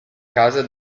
casa